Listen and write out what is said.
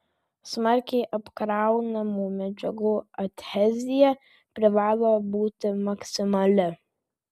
smarkiai apkraunamų medžiagų adhezija privalo būti maksimali